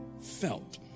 felt